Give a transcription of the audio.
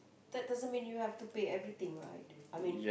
that doesn't mean you have to pay everything right I mean